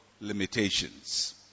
limitations